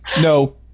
no